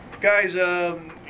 Guys